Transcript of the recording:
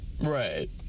Right